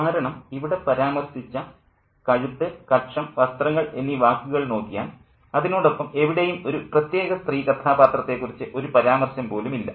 കാരണം ഇവിടെ പരാമർശിച്ച കഴുത്ത് കക്ഷം വസ്ത്രങ്ങൾ എന്നീ വാക്കുകൾ നോക്കിയാൽ അതിനോടൊപ്പം എവിടെയും ഒരു പ്രത്യേക സ്ത്രീ കഥാപാത്രത്തെക്കുറിച്ച് ഒരു പരാമർശം പോലും ഇല്ല